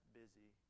busy